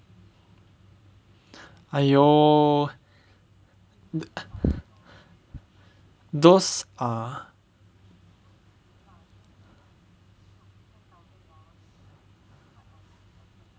!aiyo! those are